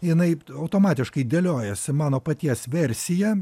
jinai automatiškai dėliojasi mano paties versija